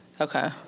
Okay